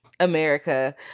America